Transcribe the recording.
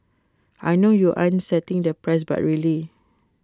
I know you aren't setting the price but really